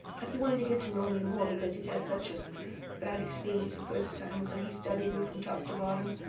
but he wanted to get to know me more, because he'd had such a bad experience the first time. so he studied me from top to bottom.